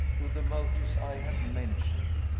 to the motives i have mentioned.